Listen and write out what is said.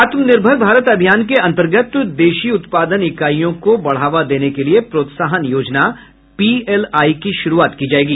आत्मनिर्भर भारत अभियान के अंतर्गत देशी उत्पादन इकाईयों को बढ़ावा देने के लिये प्रोत्साहन योजना पीएलआई की शुरूआत की जायेगी